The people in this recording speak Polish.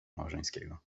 małżeńskiego